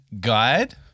Guide